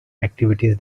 activities